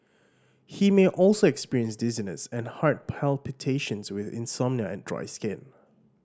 he may also experience dizziness and heart palpitations with insomnia and dry skin